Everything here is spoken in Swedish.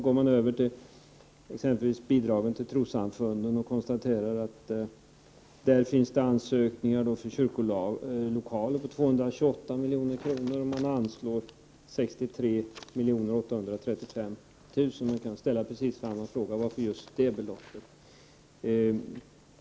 Går vi över till exempelvis bidragen till trossamfunden, kan vi konstatera att det finns ansökningar om bidrag till kyrkolokaler för 228 milj.kr., och man anslår 63 835 000 kr. Jag kunde ställa precis samma fråga: Varför just det beloppet?